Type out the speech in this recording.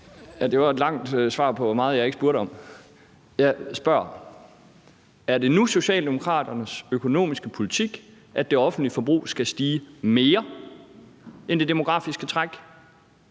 Det var et langt svar på meget, som jeg ikke spurgte om. Jeg spørger: Er det nu Socialdemokratiets økonomiske politik, at det offentlige forbrug skal stige mere, end det demografiske træk